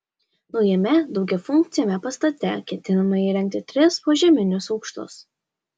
naujame daugiafunkciame pastate ketinama įrengti tris požeminius aukštus